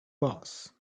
boss